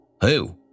Who